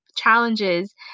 challenges